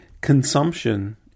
consumption